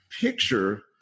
picture